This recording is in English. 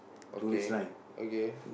okay okay